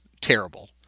terrible